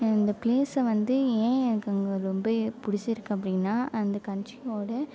இந்த பிளேஸை வந்து ஏன் எனக்கு வந்து ரொம்ப பிடிச்சிருக்கு அப்படின்னா அந்த கன்ட்ரியோட